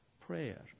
prayer